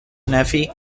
nephi